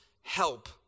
help